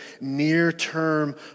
near-term